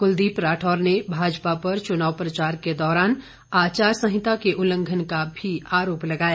कुलदीप राठौर ने भाजपा पर चुनाव प्रचार के दौरान आचार संहिता के उल्लंघन का भी आरोप लगाया